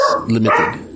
limited